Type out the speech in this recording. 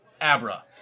Abra